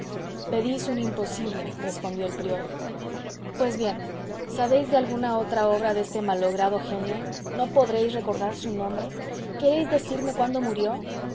pedís un imposible respondió el prior pues bien sabéis de alguna otra obra de ese malogrado genio no podréis recordar su nombre queréis decirme cuándo murió